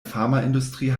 pharmaindustrie